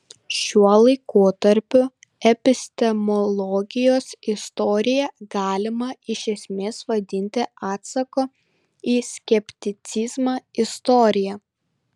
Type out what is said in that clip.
šiuo laikotarpiu epistemologijos istoriją galima iš esmės vadinti atsako į skepticizmą istorija